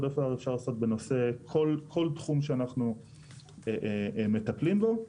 דבר אפשר לעשות בנושא כל תחום שאנחנו מטפלים בו.